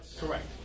Correct